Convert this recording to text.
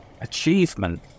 achievement